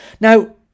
now